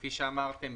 כפי שאמרתם,